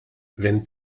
wenn